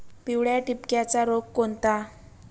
पिवळ्या ठिपक्याचा रोग कोणता?